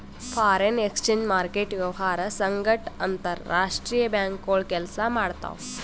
foreign exchange market ವ್ಯವಹಾರ್ ಸಂಗಟ್ ಅಂತರ್ ರಾಷ್ತ್ರೀಯ ಬ್ಯಾಂಕ್ಗೋಳು ಕೆಲ್ಸ ಮಾಡ್ತಾವ್